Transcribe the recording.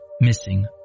missing